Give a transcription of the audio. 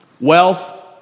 Wealth